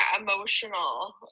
emotional